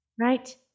right